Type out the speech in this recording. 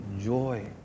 joy